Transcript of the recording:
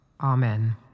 Amen